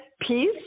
peace